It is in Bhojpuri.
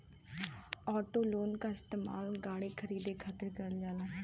ऑटो लोन क इस्तेमाल गाड़ी खरीदे खातिर करल जाला